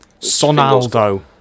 Sonaldo